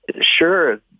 sure